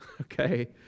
okay